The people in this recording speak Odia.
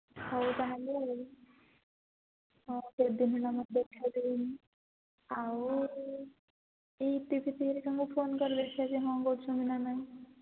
ହଉ ତା'ହେଲେ ଆଉ ହଁ କେତେ ଦିନ ହେଲା ଆମର ଦେଖା ବି ହୋଇନି ଆଉ ଇତି ଫିତି ହେରିକାଙ୍କୁ ଫୋନ୍ କର ଦେଖିବା ସେ ହଁ କରୁଛନ୍ତି ନା ନାହିଁ